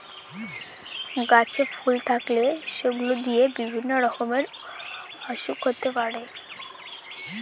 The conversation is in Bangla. গাছে ফুল থাকলে সেগুলো দিয়ে বিভিন্ন রকমের ওসুখ হতে পারে